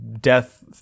death